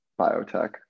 biotech